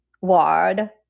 word